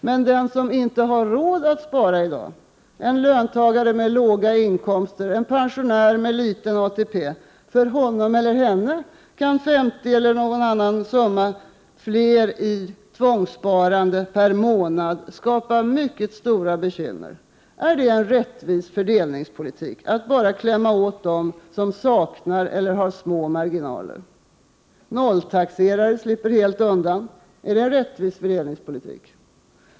Men den som inte har råd att spara i daglöntagare med låga inkomster, pensionärer med liten ATP — för honom eller henne kan 50 kr. eller mer i tvångssparande varje månad skapa mycket stora bekymmer. Är det en rättvis fördelningspolitik att bara klämma åt dem som saknar eller har små marginaler? Nolltaxerare slipper helt undan. Är det rättvis fördelningspolitik?